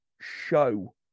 show